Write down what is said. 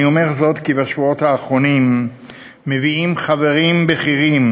אני אומר זאת כי בשבועות האחרונים מביעים חברים בכירים